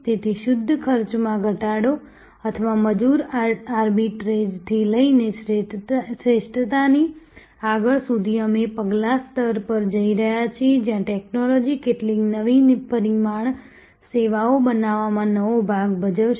તેથી શુદ્ધ ખર્ચમાં ઘટાડો અથવા મજૂર આર્બિટ્રેજથી લઈને શ્રેષ્ઠતાની પ્રક્રિયા સુધી અમે આગલા સ્તર પર જઈ રહ્યા છીએ જ્યાં ટેક્નોલોજી કેટલીક નવી પરિમાણ સેવાઓ બનાવવામાં નવો ભાગ ભજવશે